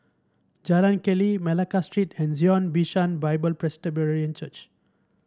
Jalan Keli Malacca Street and Zion Bishan Bible Presbyterian Church